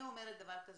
אני אומרת דבר כזה,